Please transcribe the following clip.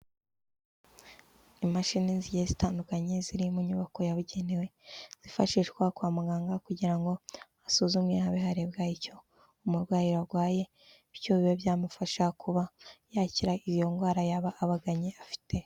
Imashini zigiye zitandukanye ziri mu nyubako yabugenewe, zifashishwa kwa muganga kugira ngo hasuzumwe habe harebwa icyo umurwayi arwaye, bityo bibe byamufasha kuba yakira iyo ndwara yaba abaganye afite.